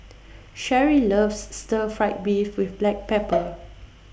Sherri loves Stir Fry Beef with Black Pepper